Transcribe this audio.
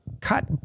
cut